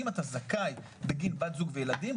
אם אתה זכאי בגין בת זוג וילדים,